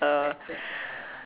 uh